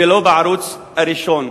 ולא בערוץ הראשון.